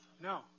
no